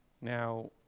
Now